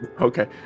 okay